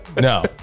No